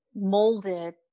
molded